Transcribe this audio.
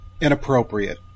Inappropriate